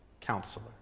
counselor